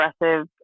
aggressive